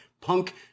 Punk